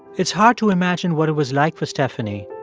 it's hard to imagine what it was like for stephanie,